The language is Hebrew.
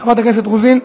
חברת הכנסת רוזין,